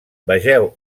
vegeu